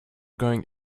going